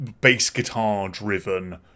bass-guitar-driven